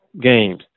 games